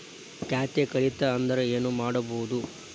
ಖಾತೆ ಕಳಿತ ಅಂದ್ರೆ ಏನು ಮಾಡೋದು?